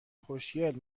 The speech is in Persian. خوشگل